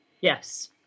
Yes